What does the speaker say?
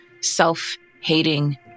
self-hating